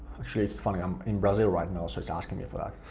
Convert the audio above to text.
actually it's it's funny, i'm in brazil right now so it's asking me for that.